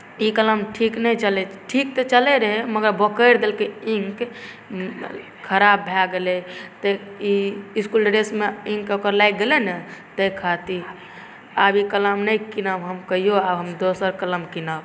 ई कलम ठीक नहि चलै ठीक तऽ चलै रहै मगर बोकरि देलकै इङ्क खराब भऽ गेलै तऽ ई इसकुल ड्रेसमे इङ्क ओकर लागि गेलै ने ताहि खातिर आब ई कलम नहि किनब हम आब कहिओ आब हम दोसर कलम किनब